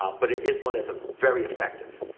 um but it is one that's ah very effective,